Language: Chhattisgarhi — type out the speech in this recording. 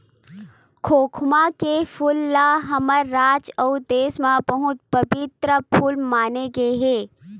खोखमा के फूल ल हमर राज अउ देस म बहुत पबित्तर फूल माने गे हे